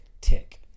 tick